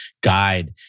guide